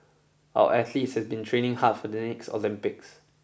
our athletes have been training hard for the next Olympics